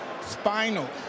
spinal